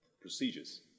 procedures